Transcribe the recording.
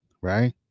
right